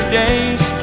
days